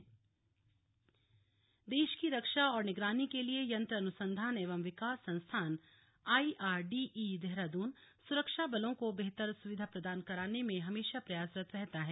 अंतरराष्ट्रीय सम्मेलन देश की रक्षा और निगरानी के लिए यंत्र अनुसंधान एवं विकास संस्थान आईआरडीई देहरादून सुरक्षा बलों को बेहतर सुविधा प्रदान कराने में हमेशा प्रयासरत रहता है